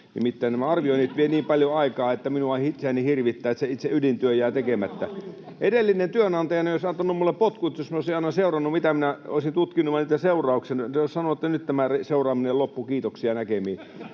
Nimittäin nämä arvioinnit vievät niin paljon aikaa, että minua itseäni hirvittää, että se itse ydintyö jää tekemättä. Edellinen työnantajani olisi antanut minulle potkut, jos minä olisin aina seurannut, mitä minä olisin tutkinut ja niitä seurauksia. Se olisi sanonut, että nyt tämä seuraaminen loppuu, kiitoksia näkemiin.